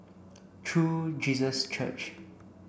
True Jesus Church